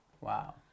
wow